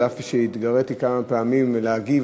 אף שהתגריתי כמה פעמים להגיב,